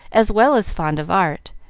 as well as fond of art,